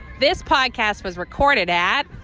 this podcast was recorded at.